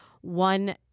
one